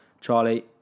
Charlie